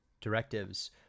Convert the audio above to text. directives